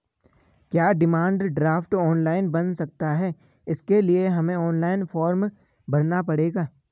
क्या demand draft online बन सकता है इसके लिए हमें ऑनलाइन फॉर्म भरना पड़ेगा?